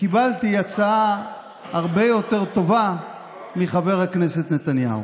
קיבלתי הצעה הרבה יותר טובה מחבר הכנסת נתניהו.